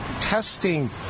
testing